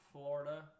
Florida